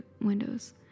windows